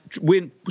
win